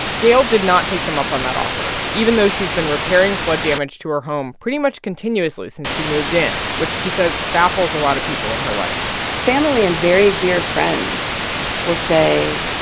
gayle did not take them up on that offer, even though she's been repairing flood damage to her home pretty much continuously since she moved in, which she says baffles a lot of people in her life family and very dear friends will say,